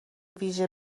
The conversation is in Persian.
ویژه